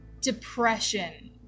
depression